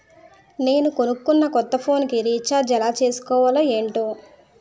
నేను కొనుకున్న కొత్త ఫోన్ కి రిచార్జ్ ఎలా చేసుకోవాలో ఏంటో